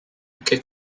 che